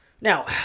now